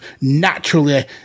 naturally